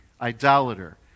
idolater